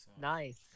Nice